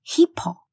Hippo